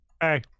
hey